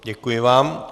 Děkuji vám.